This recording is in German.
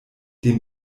dem